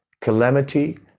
calamity